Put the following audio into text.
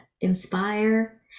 inspire